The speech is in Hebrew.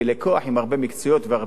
עם הרבה מקצועיות והרבה ידע,